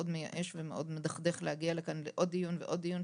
מאוד מייאש ומאוד מדכדכך להגיע לכאן לעוד דיון ועוד דיון,